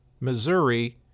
Missouri